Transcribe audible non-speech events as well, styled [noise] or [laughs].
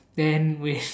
then wait [laughs]